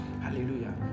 hallelujah